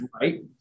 Right